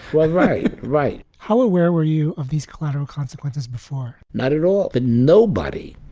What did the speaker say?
right. right. right. hello. where were you. of these collateral consequences before? not at all. but nobody,